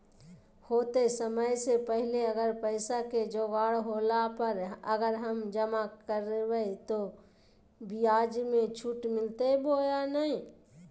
होतय समय से पहले अगर पैसा के जोगाड़ होला पर, अगर हम जमा करबय तो, ब्याज मे छुट मिलते बोया नय?